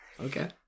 Okay